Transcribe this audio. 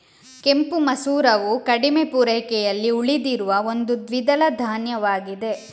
ಕೆಂಪು ಮಸೂರವು ಕಡಿಮೆ ಪೂರೈಕೆಯಲ್ಲಿ ಉಳಿದಿರುವ ಒಂದು ದ್ವಿದಳ ಧಾನ್ಯವಾಗಿದೆ